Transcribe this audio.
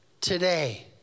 today